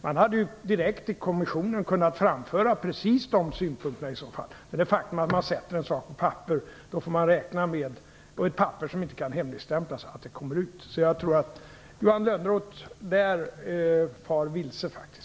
Man hade ju i så fall direkt i kommissionen kunnat framföra precis de synpunkterna. Det faktum att man sätter en sak på ett papper som inte kan hemligstämplas innebär att man får räkna med att det kommer ut. Jag tror att Johan Lönnroth far vilse där.